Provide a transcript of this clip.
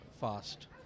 fast